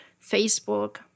Facebook